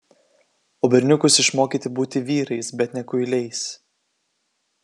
o berniukus išmokyti būti vyrais bet ne kuiliais